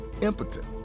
impotent